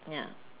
ya